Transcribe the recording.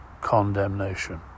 condemnation